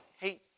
Hey